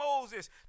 Moses